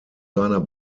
seiner